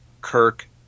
kirk